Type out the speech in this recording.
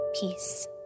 peace